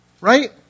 Right